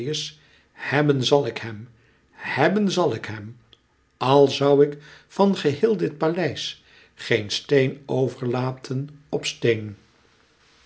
hèbben zal ik hem hèbben zal ik hem al zoû ik van geheel dit paleis geen steen overlaten op steen